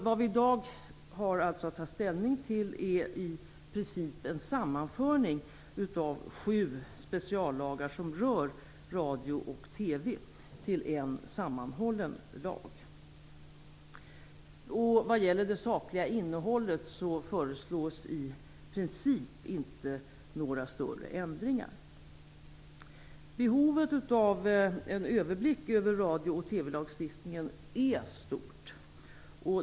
Vad vi i dag har att ta ställning till är i princip en sammanförning av sju speciallagar som rör radio och TV till en sammanhållen lag. Vad gäller det sakliga innehållet föreslås i princip inte några större ändringar. lagstiftningen är stort.